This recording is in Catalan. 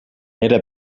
era